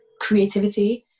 creativity